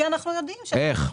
כי אנחנו יודעים -- איך?